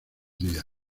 días